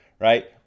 right